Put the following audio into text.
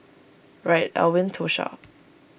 Reid Elwyn Tosha